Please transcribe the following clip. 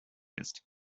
ist